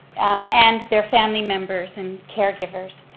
and their family members and caregivers.